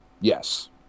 yes